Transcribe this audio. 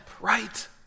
right